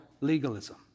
legalism